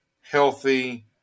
healthy